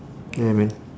ya man